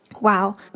Wow